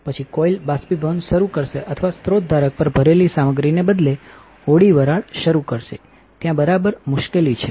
પછી કોઇલ બાષ્પીભવન શરૂ કરશે અથવાસ્રોત ધારક પર ભરેલી સામગ્રીને બદલેહોડી વરાળ શરૂ કરશે ત્યાં બરાબર મુશ્કેલી છે